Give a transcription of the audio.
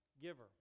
giver